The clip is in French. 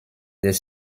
des